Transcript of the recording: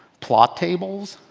plot tables.